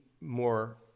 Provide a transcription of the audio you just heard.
more